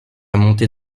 montée